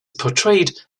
portrayed